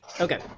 Okay